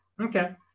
Okay